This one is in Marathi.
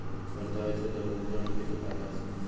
परताव्याचो दर गुंतवणीकीचो फायदो असता